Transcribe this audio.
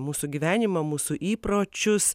mūsų gyvenimą mūsų įpročius